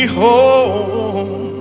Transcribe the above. home